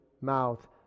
mouth